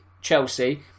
Chelsea